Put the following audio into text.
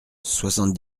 soixante